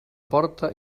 porta